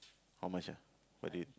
how much ah per day